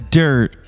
dirt